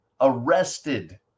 arrested